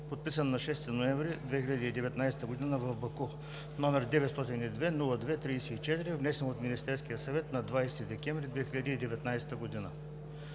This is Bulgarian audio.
подписана на 6 ноември 2019 г. в Баку, № 902-02-34, внесен от Министерския съвет на 20 декември 2019 г.